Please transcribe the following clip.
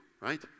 right